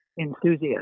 enthusiast